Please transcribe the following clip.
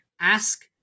ask